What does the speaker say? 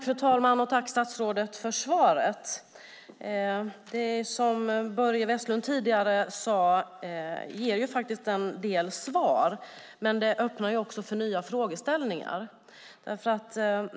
Fru talman! Tack, statsrådet, för svaret. Som Börje Vestlund sade ger det en del svar, men det öppnar också för nya frågeställningar.